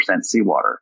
seawater